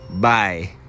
Bye